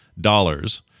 dollars